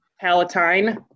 Palatine